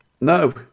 No